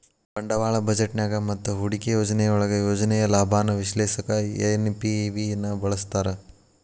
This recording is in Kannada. ಬಂಡವಾಳ ಬಜೆಟ್ನ್ಯಾಗ ಮತ್ತ ಹೂಡಿಕೆ ಯೋಜನೆಯೊಳಗ ಯೋಜನೆಯ ಲಾಭಾನ ವಿಶ್ಲೇಷಿಸಕ ಎನ್.ಪಿ.ವಿ ನ ಬಳಸ್ತಾರ